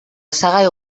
osagai